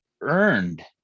earned